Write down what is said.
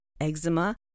eczema